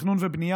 תכנון ובנייה,